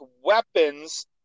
weapons